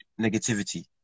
negativity